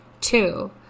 Two